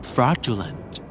Fraudulent